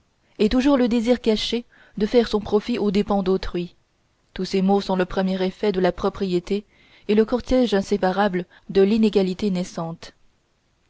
et toujours le désir caché de faire son profit aux dépens d'autrui tous ces maux sont le premier effet de la propriété et le cortège inséparable de l'inégalité naissante